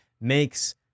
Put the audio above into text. makes